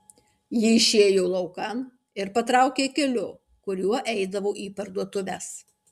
ji išėjo laukan ir patraukė keliu kuriuo eidavo į parduotuves